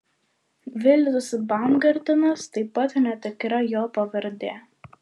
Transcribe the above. vilis baumgartenas taip pat netikra jo pavardė